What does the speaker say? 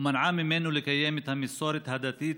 ומנעה ממנו לקיים את המסורת הדתית,